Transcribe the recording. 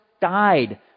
died